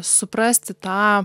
suprasti tą